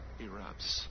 erupts